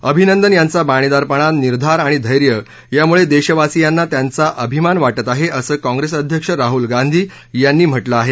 अभिनंदन यांचा बाणेदारपणा निर्धार आणि धैर्य यामुळे देशवासीयांना त्यांचा अभिमान वाटत आहे असं कप्रेस अध्यक्ष राहुल गांधी यांनी म्हटलं आहे